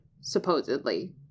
supposedly